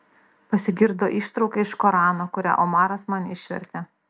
pasigirdo ištrauka iš korano kurią omaras man išvertė